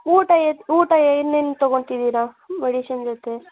ಊಟ ಏನು ಊಟ ಏನೇನು ತೊಗೊಂತಿದೀರಾ ಮೆಡಿಶನ್ ಜೊತೆ